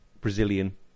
Brazilian